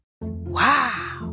Wow